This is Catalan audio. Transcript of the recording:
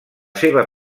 seva